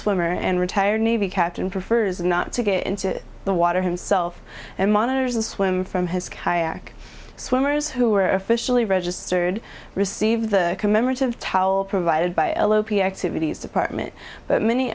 swimmer and retired navy captain prefers not to get into the water himself and monitors a swim from his kayak swimmers who are officially registered receive the commemorative towel provided by activities department but many